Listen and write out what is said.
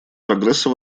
прогресса